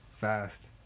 fast